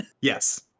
Yes